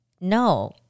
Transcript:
no